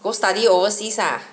go study overseas lah